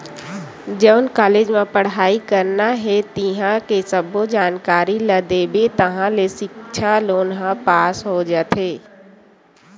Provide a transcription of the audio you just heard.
जउन कॉलेज म पड़हई करना हे तिंहा के सब्बो जानकारी ल देबे ताहाँले सिक्छा लोन ह पास हो जाथे